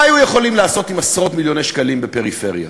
מה היינו יכולים לעשות עם עשרות-מיליוני שקלים בפריפריה?